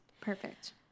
Perfect